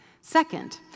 Second